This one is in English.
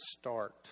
start